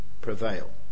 prevail